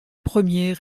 premier